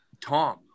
Tom